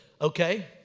okay